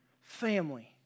family